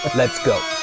let's go